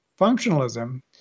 functionalism